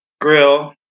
grill